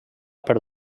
per